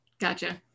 Gotcha